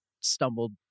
stumbled